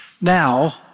Now